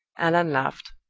allan laughed.